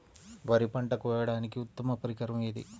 వరి పంట కోయడానికి ఉత్తమ పరికరం ఏది?